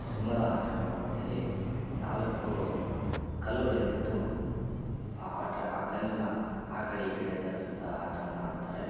ಸಿಂಹದ ಆಟಗಳು ಅಂಥೇಳಿ ನಾಲ್ಕು ಕಲ್ಲುಗಳನ್ನಿಟ್ಟು ಆ ಆಟ ಆ ಕಲ್ಲಿನ ಆ ಕಡೆ ಈ ಕಡೆ ಸರಿಸುತ್ತ ಆಟನ್ನು ಆಡ್ತಾರೆ